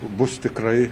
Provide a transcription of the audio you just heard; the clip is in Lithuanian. bus tikrai